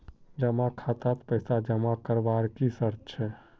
जमा खातात पैसा जमा करवार की शर्त छे?